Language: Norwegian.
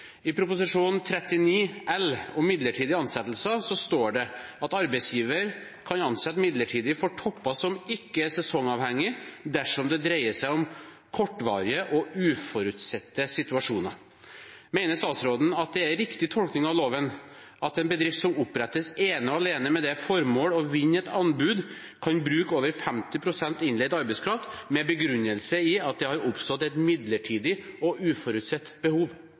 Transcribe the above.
I Prop. 39 L for 2014–2015, om bl.a. midlertidige ansettelser, står det at arbeidsgiveren kan ansette midlertidig for topper som ikke er sesongavhengige, dersom det dreier seg om kortvarige og uforutsette situasjoner. Mener statsråden at det er riktig tolkning av loven at en bedrift som opprettes ene og alene med det formål å vinne et anbud, kan bruke over 50 pst. innleid arbeidskraft, med begrunnelse i at det har oppstått et midlertidig og uforutsett behov?